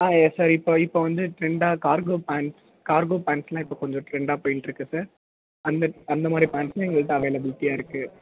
ஆ yes sir இப்போது இப்போது வந்து ட்ரெண்டாக கார்கோ பேண்ட்ஸ் கார்கோ பேண்ட்ஸெலாம் இப்போது கொஞ்சம் ட்ரெண்டாக போயின்ட்டிருக்கு சார் அந்த அந்த மாதிரி பேண்டெலாம் எங்கள்கிட்ட அவைலபிலிட்டியாக இருக்குது